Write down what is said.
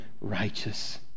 righteous